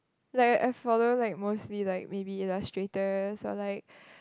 like I follow like mostly like maybe illustrators or like